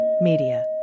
Media